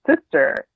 sister